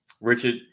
Richard